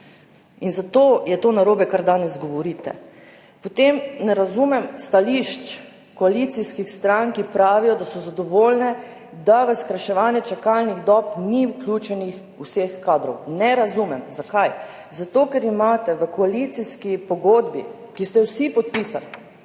In zato je narobe to, kar danes govorite. Potem ne razumem stališč koalicijskih strank, ki pravijo, da so zadovoljne, da v skrajševanje čakalnih dob ni vključenih vseh kadrov. Ne razumem. Zakaj? Zato ker imate v koalicijski pogodbi, ki ste jo vsi podpisali,